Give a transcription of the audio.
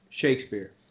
Shakespeare